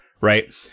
Right